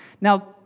Now